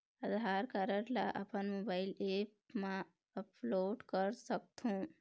आधार card ला अपन mobile app मा अपलोड कर सकथों?